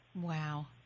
wow